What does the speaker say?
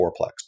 fourplex